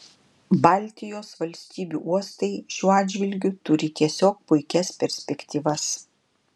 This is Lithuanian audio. baltijos valstybių uostai šiuo atžvilgiu turi tiesiog puikias perspektyvas